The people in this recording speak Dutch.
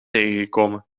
tegengekomen